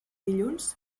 dilluns